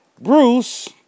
bruce